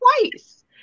twice